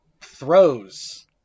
throws